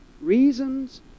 Reasons